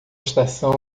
estação